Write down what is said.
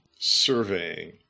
Surveying